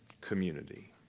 community